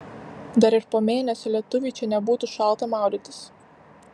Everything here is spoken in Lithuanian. dar ir po mėnesio lietuviui čia nebūtų šalta maudytis